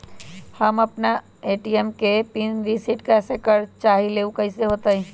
हम अपना ए.टी.एम के पिन रिसेट करे के चाहईले उ कईसे होतई?